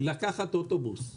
מנותקים לחלוטין ממה שקורה במדינה.